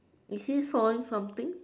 is he sawing something